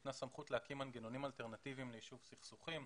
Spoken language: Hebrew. ניתנה סמכות להקים מנגנונים אלטרנטיביים ליישוב סכסוכים,